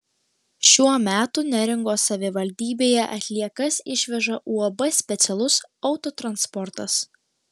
šiuo metu neringos savivaldybėje atliekas išveža uab specialus autotransportas